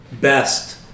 best